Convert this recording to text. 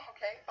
Okay